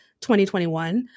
2021